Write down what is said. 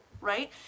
right